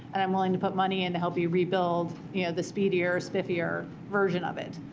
and i'm willing to put money in to help you rebuild yeah the speedier, spiffier version of it.